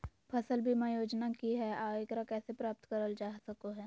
फसल बीमा योजना की हय आ एकरा कैसे प्राप्त करल जा सकों हय?